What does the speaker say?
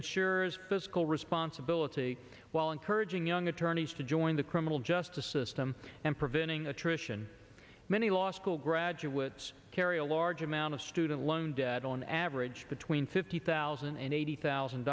ensures fiscal responsibility while encouraging young attorneys to join the criminal justice system and preventing attrition many law school graduates carry a large amount of student loan debt on average between fifty thousand and eighty thousand